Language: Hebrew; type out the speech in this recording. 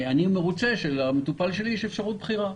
אני מרוצה שלמטופל שלי יש אפשרות בחירה.